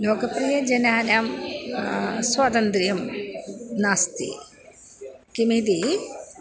लोकप्रियजनानां स्वातन्त्र्यं नास्ति किमिति